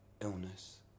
illness